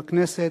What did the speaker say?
בכנסת,